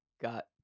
got